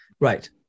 Right